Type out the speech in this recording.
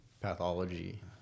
pathology